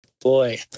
Boy